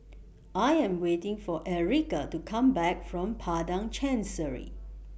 I Am waiting For Ericka to Come Back from Padang Chancery